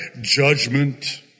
judgment